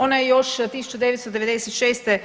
Ona je još 1996.